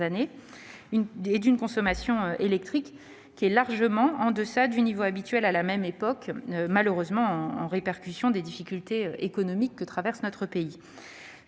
années, et d'une consommation électrique largement en deçà du niveau habituel à la même époque, en répercussion, malheureusement, des difficultés économiques que traverse notre pays.